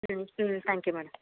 ம் hmm thank you madam